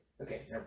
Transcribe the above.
Okay